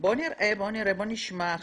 בואו נשמע.